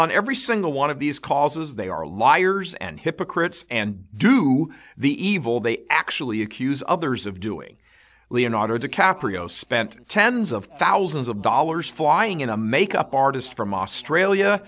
on every single one of these causes they are liars and hypocrites and do the evil they actually accuse others of doing leonardo dicaprio spent tens of thousands of dollars flying in a make up artist from australia